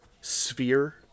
sphere